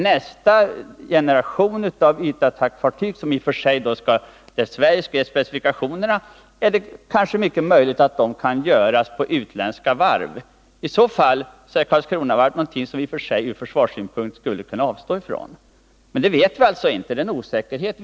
Nästa generation av ytattackfartyg, där Sverige skall ange specifikationerna, är det kanske möjligt att bygga på utländskt varv. I så fall skulle vi i och för sig ur försvarssynpunkt kunna avstå ifrån Karlskronavarvet. Men det vet vi alltså inte nu. Det finns en osäkerhet här.